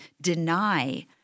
deny